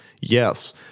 Yes